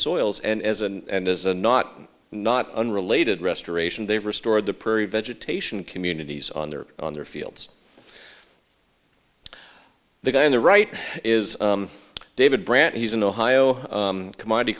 soils and as and as a not not unrelated restoration they've restored the prairie vegetation communities on their on their fields the guy on the right is david brand he's an ohio commodity